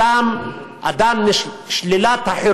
אבל זה לא, אני אומר דבר פשוט, שלילת החירות,